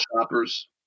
shoppers